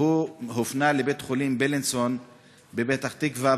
והוא הופנה לבית-החולים בילינסון בפתח-תקווה.